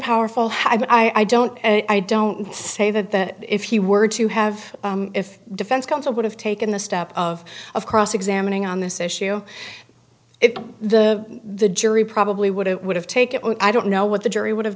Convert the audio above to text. powerful i don't i don't say that that if he were to have if defense counsel would have taken the step of of cross examining on this issue if the the jury probably would it would have taken i don't know what the jury would have